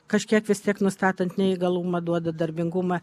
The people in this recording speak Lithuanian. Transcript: kažkiek vis tiek nustatant neįgalumą duoda darbingumą